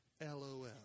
LOL